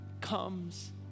comes